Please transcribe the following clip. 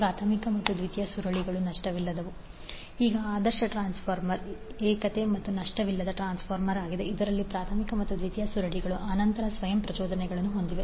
ಪ್ರಾಥಮಿಕ ಮತ್ತು ದ್ವಿತೀಯಕ ಸುರುಳಿಗಳು ನಷ್ಟವಿಲ್ಲದವು R 1 0 R 2 ಈಗ ಆದರ್ಶ ಟ್ರಾನ್ಸ್ಫಾರ್ಮರ್ ಏಕತೆ ಮತ್ತು ನಷ್ಟವಿಲ್ಲದ ಟ್ರಾನ್ಸ್ಫಾರ್ಮರ್ ಆಗಿದೆ ಇದರಲ್ಲಿ ಪ್ರಾಥಮಿಕ ಮತ್ತು ದ್ವಿತೀಯಕ ಸುರುಳಿಗಳು ಅನಂತ ಸ್ವಯಂ ಪ್ರಚೋದನೆಗಳನ್ನು ಹೊಂದಿವೆ